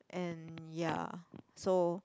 and ya so